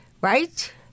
right